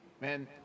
man